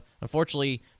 Unfortunately